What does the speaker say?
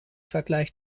vergleich